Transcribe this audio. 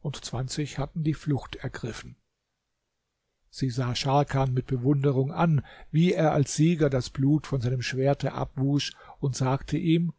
und zwanzig hatten die flucht ergriffen sie sah scharkan mit bewunderung an wie er als sieger das blut von seinem schwerte abwusch und sagte ihm